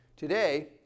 Today